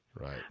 Right